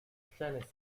scene